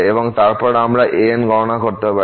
এবং তারপর আমরা ans গণনা করতে পারি